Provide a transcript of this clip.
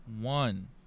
one